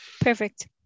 Perfect